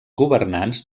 governants